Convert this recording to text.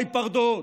בהיפרדות.